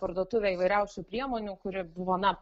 parduotuvę įvairiausių priemonių kuri buvo na